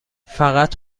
فقط